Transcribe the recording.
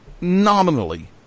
nominally